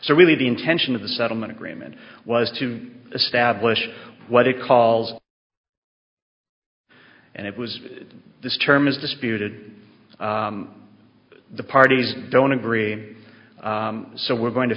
so really the intention of the settlement agreement was to establish what it calls and it was this term is disputed the parties don't agree so we're going to